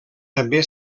també